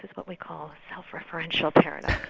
what we call a self-referential paradox,